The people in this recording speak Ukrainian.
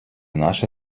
наше